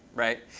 right?